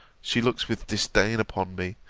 she looks with disdain upon me,